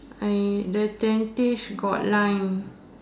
I the dentist got line